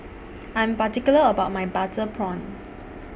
I Am particular about My Butter Prawn